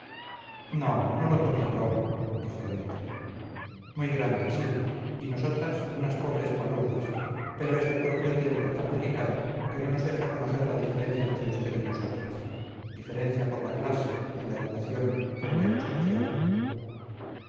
no no lo tome a broma dijo demetria muy grande sí y nosotras unas pobres palurdas pero es al propio tiempo tan delicado que no nos deja conocer la diferencia entre usted y nosotras diferencia por la clase por la educación por la ilustración